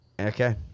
Okay